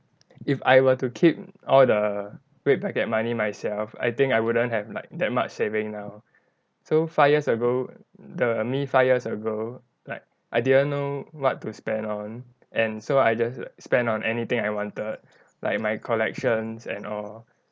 if I were to keep all the red packet money myself I think I wouldn't have like that much saving now so five years ago the me five years ago like I didn't know what to spend on and so I just spend on anything I wanted like my collections and all